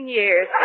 years